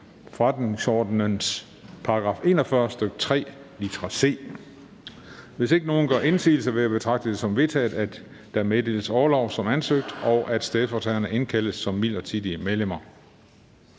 forretningsordenens § 41, stk. 3, litra c. Hvis ingen gør indsigelse, vil jeg betragte det som vedtaget, at der meddeles orlov som ansøgt, og at stedfortræderne indkaldes som midlertidige medlemmer.